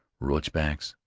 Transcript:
roachbacks,